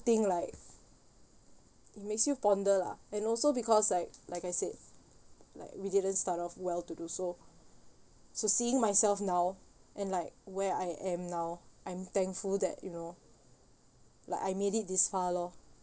think like it makes you ponder lah and also because like like I said like we didn't start off well to do so so seeing myself now and like where I am now I'm thankful that you know like I made it this far lor